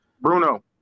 Bruno